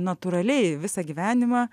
natūraliai visą gyvenimą